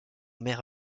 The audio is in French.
mer